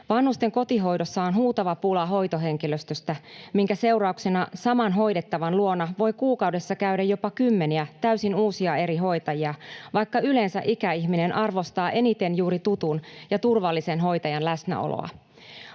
Vanhusten kotihoidossa on huutava pula hoitohenkilöstöstä, minkä seurauksena saman hoidettavan luona voi kuukaudessa käydä jopa kymmeniä täysin uusia eri hoitajia, vaikka yleensä ikäihminen arvostaa eniten juuri tutun ja turvallisen hoitajan läsnäoloa.